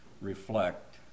reflect